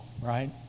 right